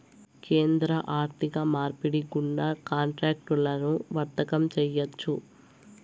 కేంద్ర ఆర్థిక మార్పిడి గుండా కాంట్రాక్టులను వర్తకం చేయొచ్చు